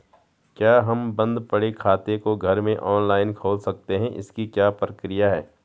क्या हम बन्द पड़े खाते को घर में ऑनलाइन खोल सकते हैं इसकी क्या प्रक्रिया है?